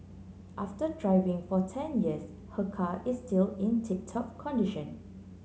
after driving for ten years her car is still in tip top condition